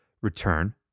return